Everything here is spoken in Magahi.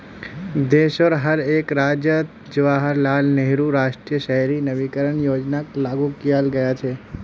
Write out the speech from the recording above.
देशोंर हर एक राज्यअत जवाहरलाल नेहरू राष्ट्रीय शहरी नवीकरण योजनाक लागू कियाल गया छ